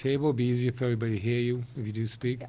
table be easy if everybody hear you if you do speak